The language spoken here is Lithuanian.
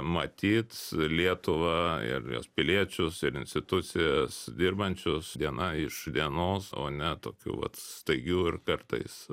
matyt lietuvą ir jos piliečius ir institucijas dirbančius diena iš dienos o ne tokių vat staigių ir kartais